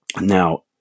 Now